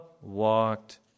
walked